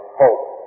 hope